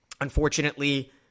Unfortunately